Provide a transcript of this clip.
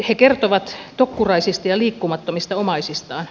he kertovat tokkuraisista ja liikkumattomista omaisistaan